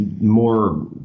more